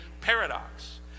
paradox